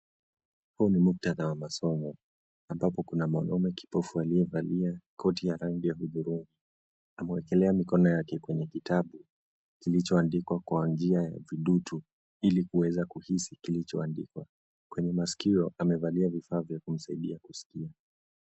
Huu ni mukdhata wa masomo ambapo kuna mwanamume kipofu aliyevalia koti ya udhurungi amewekelea mikono yake kwenye kitabu kilichoandikwa kwa njia ya vidutu ili kuweza kuhisi kilicho andikwa, kwenye maskio amevalia vifaa vya kumsaidia kuskia.